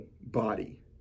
body